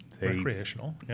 recreational